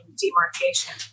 demarcation